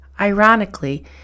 Ironically